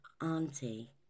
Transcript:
auntie